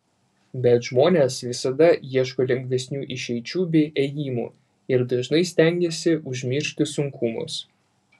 bet žmonės visada ieško lengvesnių išeičių bei ėjimų ir dažnai stengiasi užmiršti sunkumus